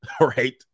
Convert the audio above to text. Right